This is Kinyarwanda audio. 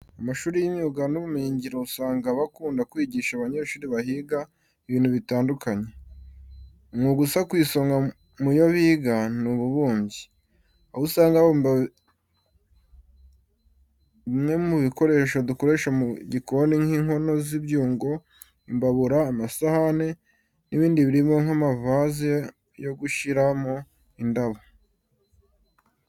Amashuri y'imyuga n'ubumenyingiro, usanga aba akunda kwigisha abanyeshuri bahiga ibintu bitandukanye. Umwuga uza ku isonga mu yo biga ni ububumbyi. Aho usanga babumba bimwe mu bikoresho dukoresha mu gikoni nk'inkono z'ibyungo, imbabura, amasahane n'ibindi birimo nk'amavaze yo gushyiramo indabo.